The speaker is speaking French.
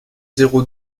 zéro